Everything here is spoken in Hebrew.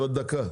אבל דקה.